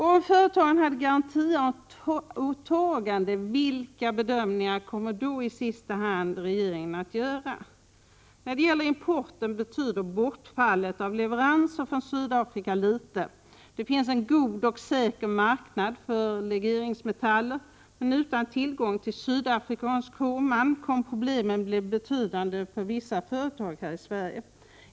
Om företagen har garantiåtaganden — vilka bedömningar kommer då i sista hand regeringen att göra? När det gäller importen betyder bortfallet av leveranser från Sydafrika litet. Det finns en god och säker marknad för legeringsmetaller. Men utan tillgång till sydafrikansk krommalm kommer problemen att bli betydande för vissa svenska företag.